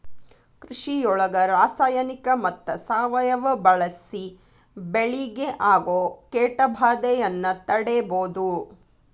ಕೃಷಿಯೊಳಗ ರಾಸಾಯನಿಕ ಮತ್ತ ಸಾವಯವ ಬಳಿಸಿ ಬೆಳಿಗೆ ಆಗೋ ಕೇಟಭಾದೆಯನ್ನ ತಡೇಬೋದು